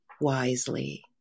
wisely